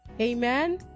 Amen